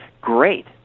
great